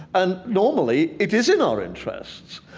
and normally it is in our interests.